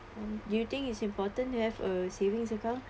do you think is important to have a savings account